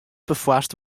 perfoarst